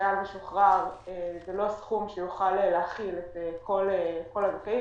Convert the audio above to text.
לחייל משוחרר זה לא סכום שיוכל לכלול את כל הגופים,